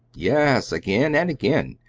yes, again and again.